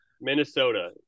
Minnesota